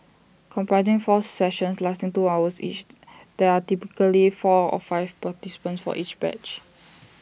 comprising four sessions lasting two hours each there are typically four or five participants for each batch